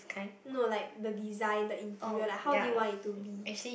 no like the design the interior like how you do you want it to be